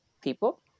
people